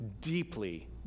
deeply